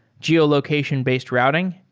geolocation-based routing,